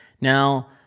Now